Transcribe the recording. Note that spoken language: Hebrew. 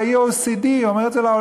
הוא אומר את זה ל-OECD ואומר את זה לעולם: